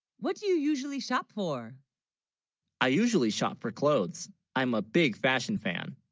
what do you usually shop for i usually shop for clothes i'm a big fashion fan